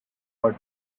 were